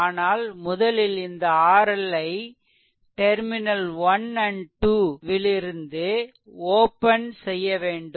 ஆனால் முதலில் இந்த RLஐ டெர்மினல் 1 2 ல் இருந்து ஓப்பன் செய்ய வேண்டும்